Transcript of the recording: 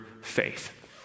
faith